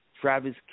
Travis